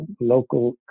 local